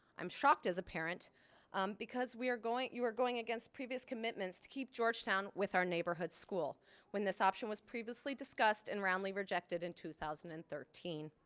i'm shocked as a parent because we are going you are going against previous commitments to keep georgetown with with our neighborhood school when this option was previously discussed and roundly rejected in two thousand and thirteen.